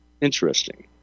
Interesting